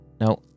Now